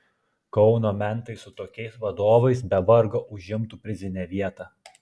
kauno mentai su tokiais vadovais be vargo užimtų prizinę vietą